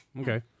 Okay